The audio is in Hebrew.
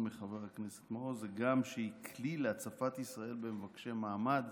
מחבר הכנסת מעוז ועל כלי להצפת ישראל במבקשי מעמד